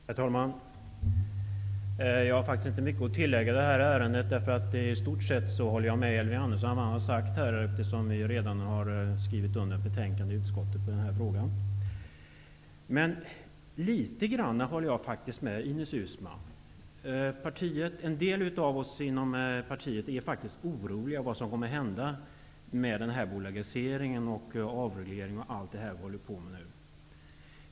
Herr talman! Jag har inte mycket att tillägga i det här ärendet. I stort sett håller jag med Elving Andersson om vad han har sagt, och vi har också skrivit under utskottets ställningstagande i frågan. Men litet grand håller jag faktiskt också med Ines Uusmann. En del av oss inom partiet är oroliga för vad som kommer att hända med bolagiseringen, avregleringen och allt det som pågår nu.